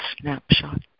snapshot